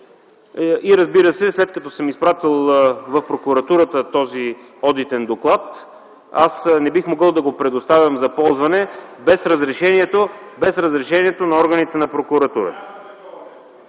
и, разбира се, след като съм изпратил в прокуратурата този одитен доклад аз не бих могъл да го предоставям за ползване без разрешението на органите на прокуратурата.